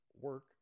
work